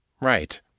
Right